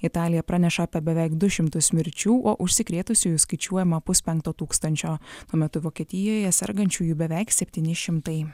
italija praneša apie beveik du šimtus mirčių o užsikrėtusiųjų skaičiuojama puspenkto tūkstančio tuo metu vokietijoje sergančiųjų beveik septyni šimtai